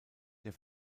der